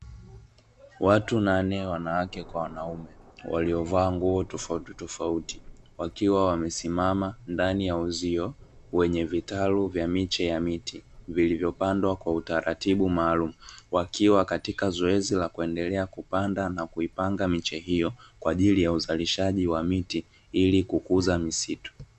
Watu nane wanawake kwa wanaume waliovaa nguo tofautitofauti, wakiwa wamesimama ndani ya uzio wenye vitalu vya miche ya miti viliyopandwa kwa utaratibu maalumu, wakiwa katika zoezi la kuendelea kupanda na kuipanga miche hiyo kwa ajili ya uzalishaji wa miti ili kukuza misitu.